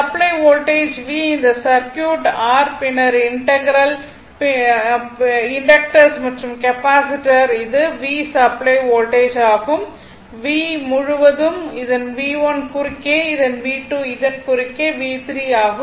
supply voltage V இந்த circuit R r பின்னர் inductors பின்னர் கெப்பாசிட்டர் இது rV சப்ளை வோல்டேஜ் ஆகும் இது rV முழுவதும் இது V1 இதன் குறுக்கே இந்த V2 இதன் குறுக்கே V3 ஆகும்